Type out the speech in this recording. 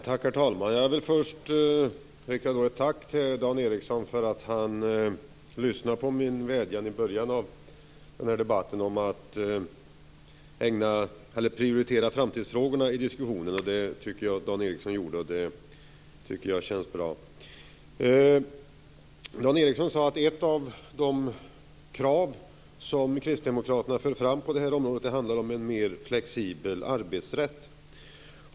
Herr talman! Jag vill först rikta ett tack till Dan Ericsson för att han lyssnade på min vädjan i början av debatten om att prioritera framtidsfrågorna i diskussionen. Jag tycker att han gjorde det, och det känns bra. Dan Ericsson sade att ett av de krav som Kristdemokraterna för fram på det här området handlar om en mer flexibel arbetsrätt.